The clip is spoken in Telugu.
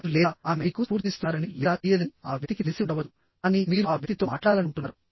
అతను లేదా ఆమె మీకు స్ఫూర్తినిస్తున్నారని లేదా తెలియదని ఆ వ్యక్తికి తెలిసి ఉండవచ్చు కానీ మీరు ఆ వ్యక్తితో మాట్లాడాలనుకుంటున్నారు